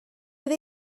oedd